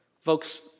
Folks